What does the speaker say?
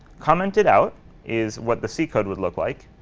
commented out is what the c code would look like,